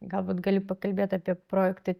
galbūt galiu pakalbėt apie projektą